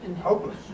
Hopeless